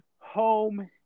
home